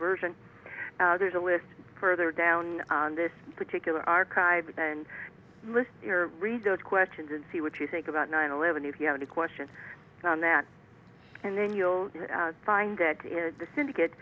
version there's a list further down on this particular archive and read those questions and see what you think about nine eleven if you have any questions on that and then you'll find that the syndicate